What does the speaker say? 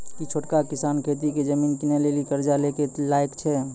कि छोटका किसान खेती के जमीन किनै लेली कर्जा लै के लायक छै?